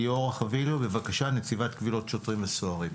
ליאורה חביליו, נציבת קבילות שוטרים וסוהרים.